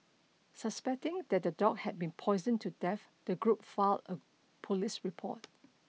suspecting that the dog had been poisoned to death the group filed a police report